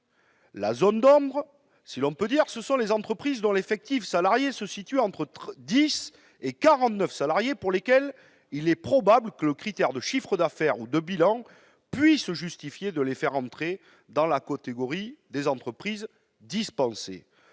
La zone d'ombre, si l'on peut dire, ce sont les entreprises dont l'effectif salarié se situe entre 10 et 49 salariés, pour lesquelles il est probable que le critère de chiffre d'affaires ou de bilan puisse justifier de les faire entrer dans la catégorie des entreprises dispensées.